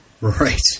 Right